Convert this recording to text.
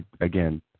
again